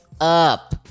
up